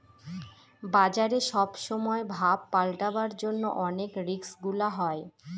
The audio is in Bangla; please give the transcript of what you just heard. বাজারে সব সময় ভাব পাল্টাবার জন্য অনেক রিস্ক গুলা হয়